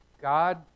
God